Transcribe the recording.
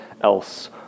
else